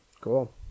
Cool